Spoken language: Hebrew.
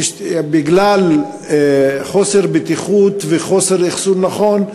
בגלל חוסר בטיחות ואחסון לא נכון,